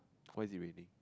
what is it raining